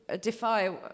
defy